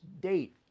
date